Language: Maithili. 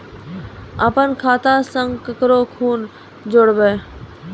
अपन खाता संग ककरो कूना जोडवै?